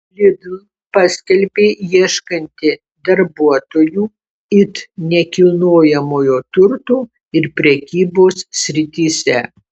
lidl paskelbė ieškanti darbuotojų it nekilnojamojo turto ir prekybos srityse